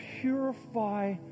purify